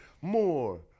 More